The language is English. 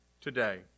today